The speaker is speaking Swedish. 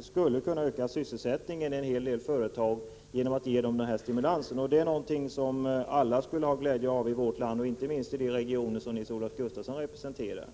skulle kunna öka sysselsättningen i en hel del företag genom att ge dem den här stimulansen. Det är någonting som alla skulle ha glädje av i vårt land, inte minst i de regioner som Nils-Olof Gustafsson representerar.